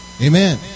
Amen